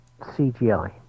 CGI